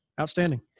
Outstanding